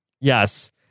Yes